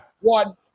One